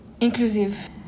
inclusive